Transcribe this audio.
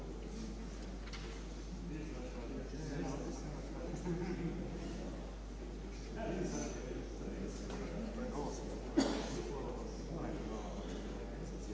Hvala vam